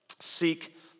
Seek